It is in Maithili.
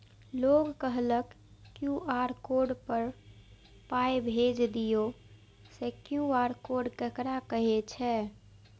लोग कहलक क्यू.आर कोड पर पाय भेज दियौ से क्यू.आर कोड ककरा कहै छै?